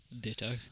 Ditto